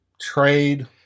trade